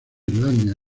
islandia